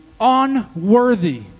unworthy